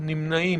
נמנעים